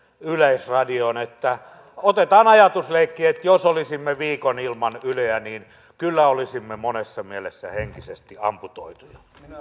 yleisradioon otetaan ajatusleikki että jos olisimme viikon ilman yleä niin kyllä olisimme monessa mielessä henkisesti amputoituja